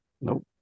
Nope